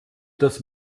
das